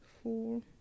Four